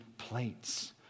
plates